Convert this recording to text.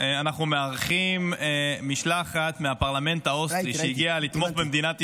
אנחנו מארחים משלחת מהפרלמנט האוסטרי שהגיעה לתמוך במדינת ישראל.